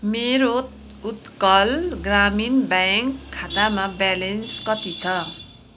मेरो उत्कल ग्रामीण ब्याङ्क खातामा ब्यालेन्स कति छ